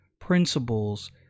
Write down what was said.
principles